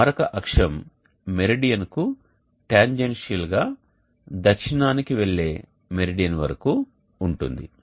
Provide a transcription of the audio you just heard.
మరొక అక్షం మెరిడియన్ కు టాంజెన్షియల్ గా దక్షిణానికి వెళ్లే మెరిడియన్ వరకు ఉంటుంది